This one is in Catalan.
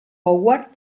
howard